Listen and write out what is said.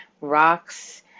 rocks